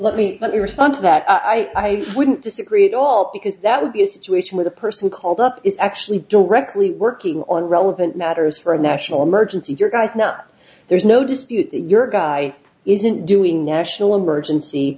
let me let me respond to that i wouldn't disagree at all because that would be a situation where the person called up is actually directly working on relevant matters for a national emergency if your guy's not there's no dispute your guy isn't doing national emergency